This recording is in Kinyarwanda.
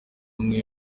umwe